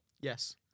Yes